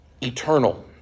eternal